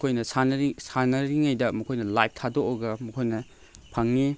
ꯃꯈꯣꯏꯅ ꯁꯥꯟꯅꯔꯤꯉꯩꯗ ꯃꯈꯣꯏꯅ ꯂꯥꯏꯐ ꯊꯥꯗꯣꯛꯂꯒ ꯃꯈꯣꯏꯅ ꯐꯪꯏ